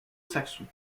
saxons